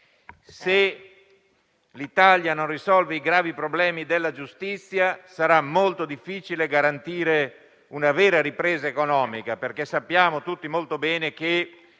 se l'Italia non risolve i gravi problemi della giustizia, sarà molto difficile garantire una vera ripresa economica. Sappiamo tutti molto bene che